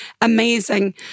amazing